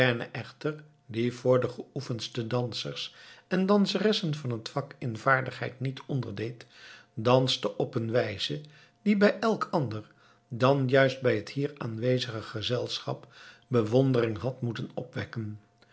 die voor de geoefendste dansers en danseressen van het vak in vaardigheid niet onderdeed danste op een wijze die bij elk ander dan juist bij t hier aanwezige gezelschap bewondering had moeten opwekken